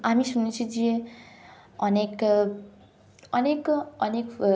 আমি শুনেছি যে অনেক অনেক অনেক